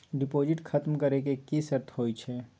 Deposit खतम करे के की सर्त होय छै?